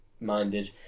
minded